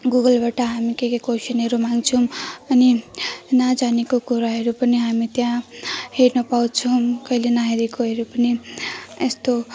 गुगलबाट हामी के के क्वेसनहरू माग्छौँ अनि नजाने कुराहरू पनि हामी त्यहाँ हेर्नुपाउँछौँ कहिले नहेरेकोहरू पनि यस्तो